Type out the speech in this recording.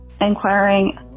inquiring